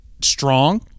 strong